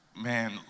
man